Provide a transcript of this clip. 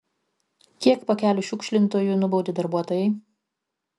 kiek pakelių šiukšlintojų nubaudė darbuotojai